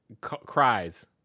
cries